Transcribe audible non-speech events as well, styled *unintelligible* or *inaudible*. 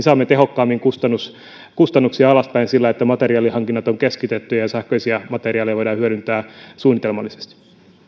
*unintelligible* saamme tehokkaammin kustannuksia alaspäin sillä että materiaalihankinnat on keskitetty ja ja sähköisiä materiaaleja voidaan hyödyntää suunnitelmallisesti